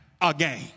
again